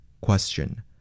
Question